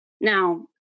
Now